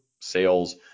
sales